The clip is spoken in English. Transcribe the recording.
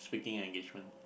speaking engagement